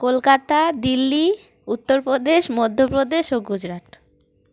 কলকাতা দিল্লি উত্তরপ্রদেশ মধ্যপ্রদেশ ও গুজরাট